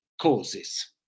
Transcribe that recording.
causes